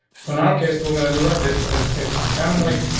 so in our case, we're gonna do like this we're gonna safe on family.